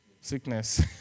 Sickness